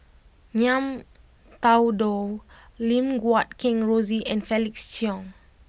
Ngiam Tong Dow Lim Guat Kheng Rosie and Felix Cheong